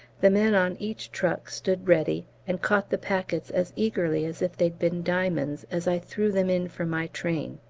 the men on each truck stood ready, and caught the packets as eagerly as if they'd been diamonds as i threw them in from my train.